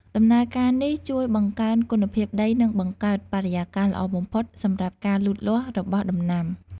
ដំណើរការនេះជួយបង្កើនគុណភាពដី និងបង្កើតបរិយាកាសល្អបំផុតសម្រាប់ការលូតលាស់របស់ដំណាំ។